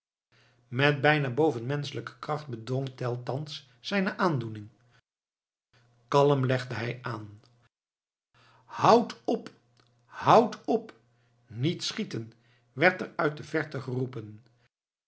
met bijna bovenmenschelijke kracht bedwong tell thans zijne aandoening kalm legde hij aan houd op houd op niet schieten werd er uit de verte geroepen